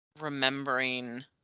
remembering